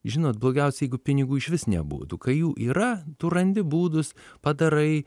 žinot blogiausia jeigu pinigų išvis nebūtų kai jų yra tu randi būdus padarai